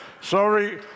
Sorry